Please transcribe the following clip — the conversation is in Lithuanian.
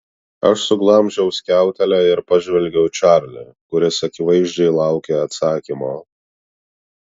aš suglamžiau skiautelę ir pažvelgiau į čarlį kuris akivaizdžiai laukė atsakymo